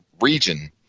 region